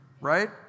right